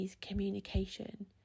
communication